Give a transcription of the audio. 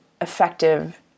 effective